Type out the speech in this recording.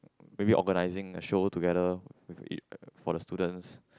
maybe organising a show together for the students